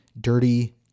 dirty